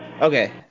Okay